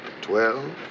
Twelve